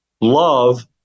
Love